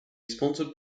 sponsored